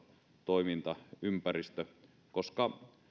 toimintaympäristö koska